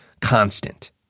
constant